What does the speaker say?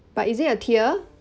but is it a tier